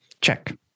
Check